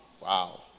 Wow